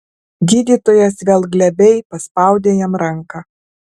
gydytojas vėl glebiai paspaudė jam ranką